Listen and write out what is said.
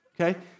okay